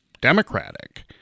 Democratic